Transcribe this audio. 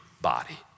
body